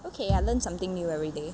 okay I learn something new every day